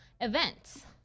events